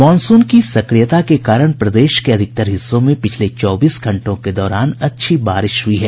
monsoon की सक्रियता के कारण प्रदेश के अधिकतर हिस्सों में पिछले चौबीस घंटों के दौरान अच्छी बारिश हुई है